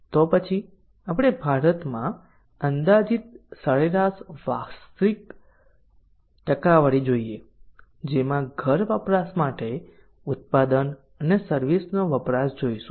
તો પછી આપણે ભારતમાં અંદાજિત સરેરાશ વાર્ષિક ટકાવારી જોઈએ જેમાં ઘર વપરાશ માટે ઉત્પાદન અને સર્વિસ નો વપરાશ જોઈશું